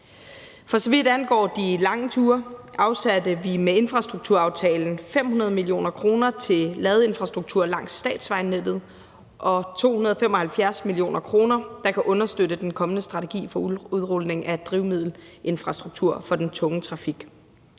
For så vidt angår de lange ture, afsatte vi med infrastrukturaftalen 500 mio. kr. til ladeinfrastruktur langs statsvejnettet og 275 mio. kr., der kan understøtte den kommende strategi for udrulning af drivmiddelinfrastruktur for den tunge trafik.